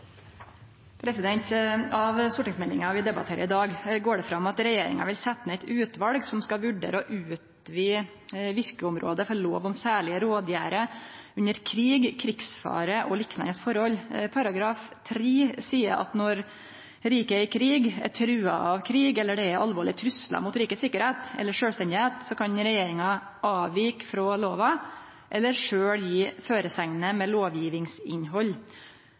ansvar. Av stortingsmeldinga vi debatterer i dag, går det fram at regjeringa vil setje ned eit utval som skal vurdere å utvide verkeområdet for lov om særlege rådgjerder under krig, krigsfare og liknande forhold. Paragraf 3 seier at når riket er i krig, er trua av krig, eller det er alvorlege truslar mot rikets sikkerheit eller sjølvstende, kan regjeringa avvike frå lova eller sjølv gje føresegner med